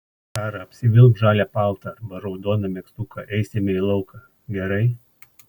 sara apsivilk žalią paltą arba raudoną megztuką eisime į lauką gerai